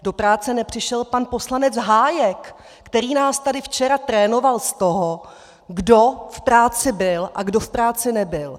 Do práce nepřišel pan poslanec Hájek, který nás tady včera trénoval z toho, kdo v práci byl a kdo v práci nebyl.